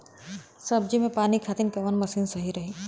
सब्जी में पानी खातिन कवन मशीन सही रही?